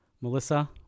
Melissa